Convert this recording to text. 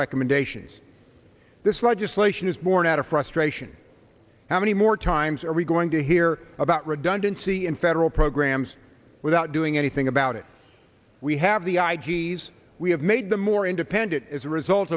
recommendations this legislation is born out of frustration how many more times are we going to hear about redundancy in federal programs without doing anything about it we have the i g s we have made them more independent as a result